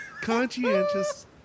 Conscientious